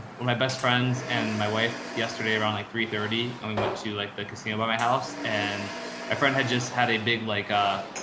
when my best friends and my wife yesterday around like three thirty and we went to like the casino by my house and my friend had just had a big, like a.